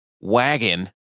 wagon